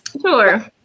Sure